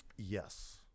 Yes